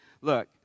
look